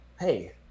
hey